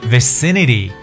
Vicinity